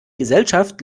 gesellschaft